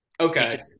Okay